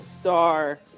star